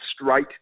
straight